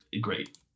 great